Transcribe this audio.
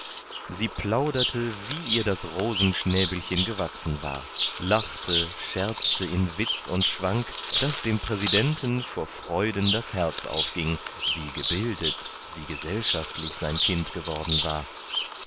sie plauderte wie ihr das rosenschnäbelchen gewachsen war lachte scherzte in witz und schwank daß dem präsidenten vor freuden das herz aufging wie gebildet wie gesellschaftlich sein kind geworden war